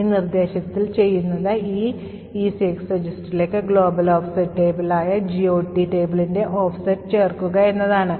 ഈ നിർദ്ദേശത്തിൽ ചെയ്യുന്നത് ഈ ECX രജിസ്റ്ററിലേക്ക് global offset table ആയ GOT പട്ടികയുടെ ഓഫ്സെറ്റ് ചേർക്കുക എന്നതാണ്